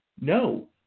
no